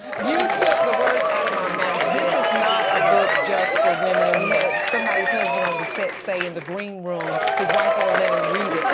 you took the words out of my mouth. mouth. this is not a book just for women and we have somebody's husband on the set say in the green room, his wife won't let him read yeah